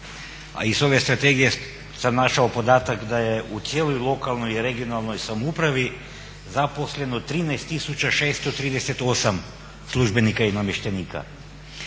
A iz ove strategije sam našao podatak da je u cijeloj lokalnoj i regionalnoj samoupravi zaposleno 13 638 službenika i namještenika.